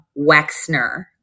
Wexner